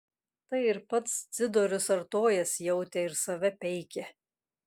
tai ir pats dzidorius artojas jautė ir save peikė